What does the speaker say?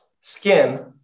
skin